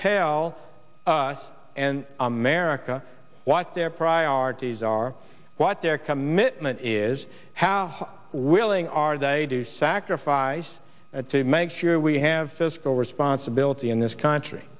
tell us and america what their priorities are what their commitment is how willing are they do sacrifice to make sure we have fiscal responsibility in this country